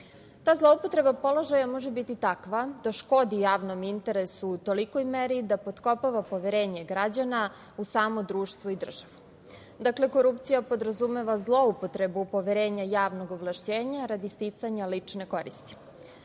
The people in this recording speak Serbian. zloupotreba položaja može biti takva da škodi javnom interesu u tolikoj meri da potkopava poverenje građana u samo društvo i državu. Dakle, korupcija podrazumeva zloupotreba poverenja javnog ovlašćenja radi sticanja lične